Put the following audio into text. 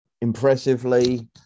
impressively